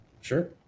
Sure